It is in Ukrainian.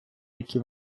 які